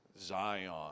Zion